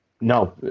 No